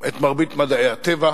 את מרבית מדעי הטבע,